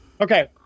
Okay